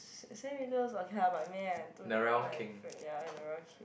S~ Sam-Willows okay lah but man to are like ya